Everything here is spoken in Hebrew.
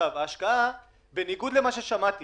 אני שמעתי